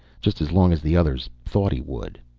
just as long as the others thought he would.